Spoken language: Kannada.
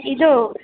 ಇದು